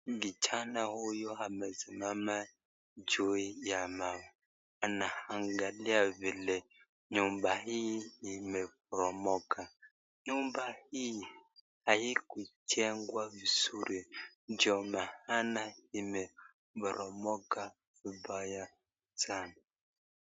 Kijana huyu amesimama juu ya mawe. Anaangalia vile nyumba hii imeporomoka. Nyumba hii haikujengwa vizuri ndio maana imeporomoka vibaya sana.